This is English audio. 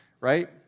Right